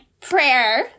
prayer